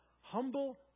Humble